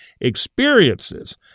experiences